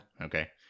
okay